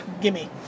Gimme